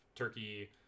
Turkey